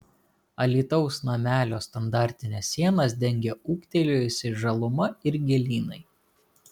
alytaus namelio standartines sienas dengia ūgtelėjusi žaluma ir gėlynai